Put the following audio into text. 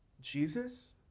Jesus